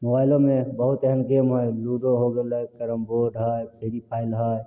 मोबाइलोमे बहुत एहन गेम हइ लुडो हो गेलय कैरमबोर्ड हइ फ्री फायर हइ